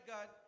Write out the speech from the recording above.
God